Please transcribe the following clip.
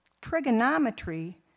trigonometry